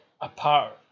apart